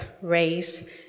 race